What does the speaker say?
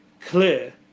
clear